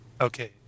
Okay